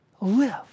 Live